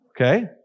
okay